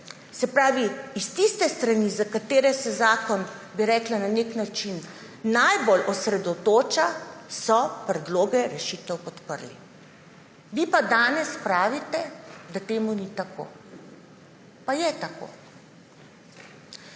Se pravi, da s tiste strani, na katero se zakon na nek način najbolj osredotoča, so predloge rešitev podprli. Vi pa dane pravite, da temu ni tako. Pa je tako.